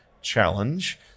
challenge